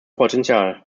potential